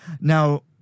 Now